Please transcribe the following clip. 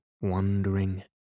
wandering